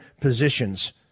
positions